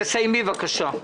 תסיימי בבקשה.